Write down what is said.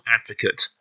advocate